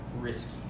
risky